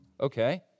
okay